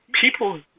people